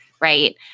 right